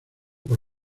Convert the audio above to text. por